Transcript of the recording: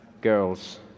girls